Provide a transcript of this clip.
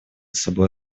собой